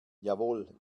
jawohl